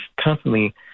constantly